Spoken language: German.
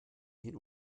hin